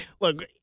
Look